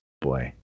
Boy